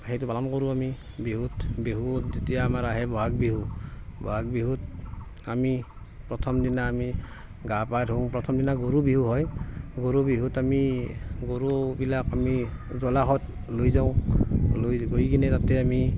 সেইটো পালন কৰোঁ আমি বিহুত বিহু যেতিয়া আমাৰ আহে বহাগ বিহু বহাগ বিহুত আমি প্ৰথম দিনা আমি গা পা ধুওঁ প্ৰথম দিনা গৰু বিহু হয় গৰু বিহুত আমি গৰুবিলাক আমি জলাহত লৈ যাওঁ লৈ গৈ কিনে আমি